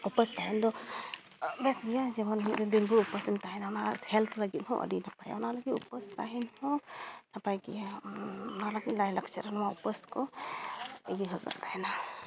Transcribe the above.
ᱩᱯᱟᱹᱥ ᱛᱟᱦᱮᱱ ᱫᱚ ᱵᱮᱥ ᱜᱮᱭᱟ ᱡᱮᱢᱚᱱ ᱢᱤᱫ ᱫᱤᱱ ᱫᱤᱱ ᱵᱷᱳᱨ ᱩᱯᱟᱹᱥᱮᱢ ᱛᱟᱦᱮᱱᱟ ᱚᱱᱟ ᱦᱮᱞᱛᱷ ᱞᱟᱹᱜᱤᱫ ᱦᱚᱸ ᱟᱹᱰᱤ ᱱᱟᱯᱟᱭᱟ ᱚᱱᱟ ᱞᱟᱹᱜᱤᱫ ᱩᱯᱟᱹᱥ ᱛᱟᱦᱮᱱ ᱦᱚᱸ ᱱᱟᱯᱟᱭ ᱜᱮᱭᱟ ᱚᱱᱟ ᱞᱟᱹᱜᱤᱫ ᱞᱟᱭᱼᱞᱟᱠᱪᱟᱨ ᱱᱚᱣᱟ ᱩᱯᱟᱹᱥ ᱠᱚ ᱤᱭᱟᱹ ᱟᱠᱟᱫ ᱛᱟᱦᱮᱱᱟ